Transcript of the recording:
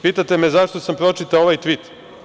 Pitate me zašto sam pročitao ovaj tvit.